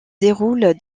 déroule